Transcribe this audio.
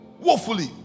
Woefully